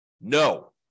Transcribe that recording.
no